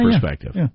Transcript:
perspective